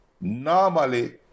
normally